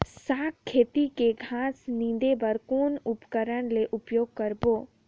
साग खेती के घास निंदे बर कौन उपकरण के उपयोग करबो?